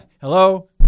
Hello